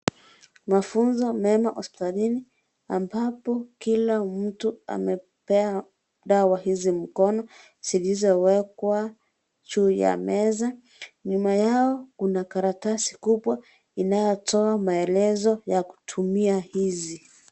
Mafunzo mema hospitalini ambapo kila mtu amepewa dawa hizi mkono zilizowekwa juu ya meza nyuma yao kuna karatasi kubwa inayotoa maelezo ya kutumia hizi.